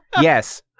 yes